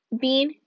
Bean